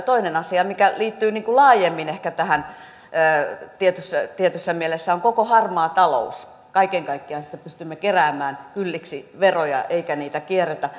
toinen asia mikä liittyy ehkä laajemmin tähän tietyssä mielessä on koko harmaa talous kaiken kaikkiaan se että pystymme keräämään kylliksi veroja eikä niitä kierretä